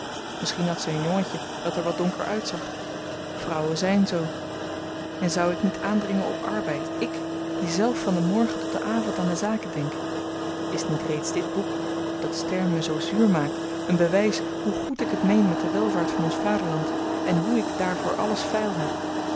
misschien had ze een jongetje dat er wat donker uitzag vrouwen zyn zoo en zou ik niet aandringen op arbeid ik die zelf van den morgen tot den avend aan de zaken denk is niet reeds dit boek dat stern me zoo zuur maakt een bewys hoe goed ik het meen met de welvaart van ons vaderland en hoe ik daarvoor alles veil heb